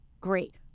great